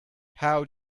how